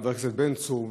חבר הכנסת בן צור,